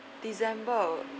december